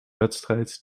wedstrijd